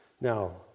Now